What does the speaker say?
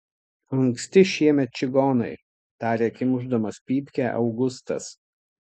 anksti šiemet čigonai tarė kimšdamas pypkę augustas